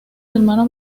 hermano